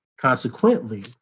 Consequently